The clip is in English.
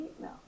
No